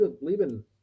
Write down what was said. leaving